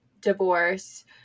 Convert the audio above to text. divorce